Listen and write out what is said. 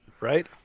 Right